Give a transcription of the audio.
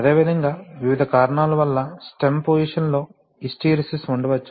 అదేవిధంగా వివిధ కారణాల వల్ల స్టెమ్ పోసిషన్ లో హిస్టెరిసిస్ ఉండవచ్చు